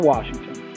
Washington